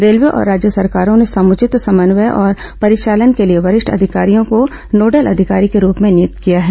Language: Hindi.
रेलवे और राज्य सरकारों ने समृचित समन्वय और परिचालन के लिए वरिष्ठ अधिकारियों को अधिकारी के रूप में नियुक्त किया है